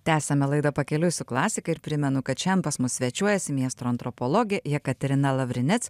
tęsiame laidą pakeliui su klasika ir primenu kad šiandien pas mus svečiuojasi miesto antropologė jekaterina lavrinets